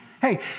Hey